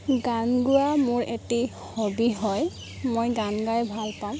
গান গোৱা মোৰ এটি হবি হয় মই গান গাই ভাল পাওঁ